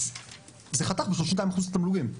אז זה חתך ב-32% את התמלוגים.